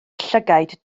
llygaid